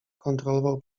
kontrolował